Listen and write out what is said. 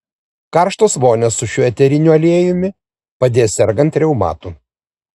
karštos vonios su šiuo eteriniu aliejumi padės sergant reumatu